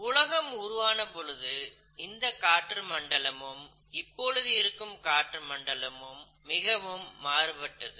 உலகம் உருவான பொழுது இருந்த காற்று மண்டலமும் இப்பொழுது இருக்கும் காற்று மண்டலமும் மிகவும் மாறுபட்டது